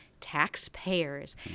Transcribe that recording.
taxpayers